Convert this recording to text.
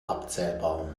abzählbar